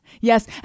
Yes